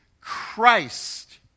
Christ